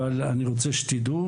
אבל אני רוצה שתדעו